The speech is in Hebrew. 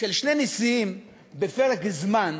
של שני נשיאים בפרק זמן